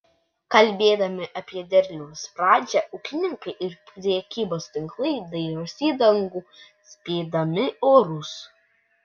kalbėdami apie derliaus pradžią ūkininkai ir prekybos tinklai dairosi į dangų spėdami orus